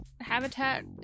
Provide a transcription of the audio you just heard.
habitat